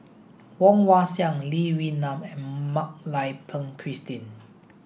Woon Wah Siang Lee Wee Nam and Mak Lai Peng Christine